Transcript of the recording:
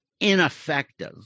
ineffective